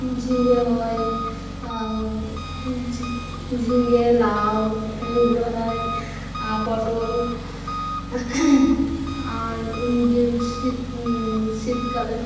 ঝিঙ্গে হয় আর ঝিঙ্গে লাউ এইগুলো হয় পটল আর শীত শীতকালে